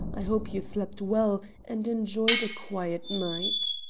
i hope you slept well, and enjoyed a quiet night.